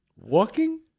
Walking